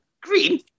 Green